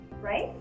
right